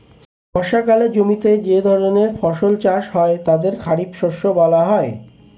বর্ষাকালে জমিতে যে ধরনের ফসল চাষ হয় তাদের খারিফ শস্য বলা হয়